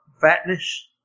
fatness